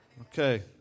Okay